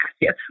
yes